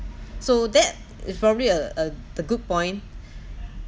so that is probably a a the good point